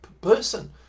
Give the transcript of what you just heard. person